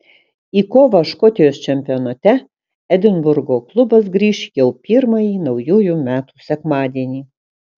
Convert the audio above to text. į kovą škotijos čempionate edinburgo klubas grįš jau pirmąjį naujųjų metų sekmadienį